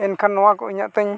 ᱮᱱᱠᱷᱟᱱ ᱱᱚᱣᱟ ᱠᱚ ᱤᱧᱟᱹᱜ ᱛᱤᱧ